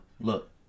Look